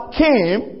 came